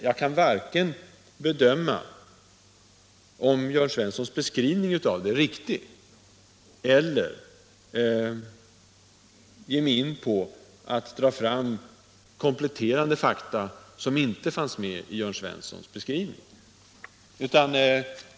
Jag kan varken bedöma om Jörn Svenssons beskrivning av det är riktig eller ge mig in på att dra fram kompletterande fakta som inte fanns med i Jörn Svenssons beskrivning.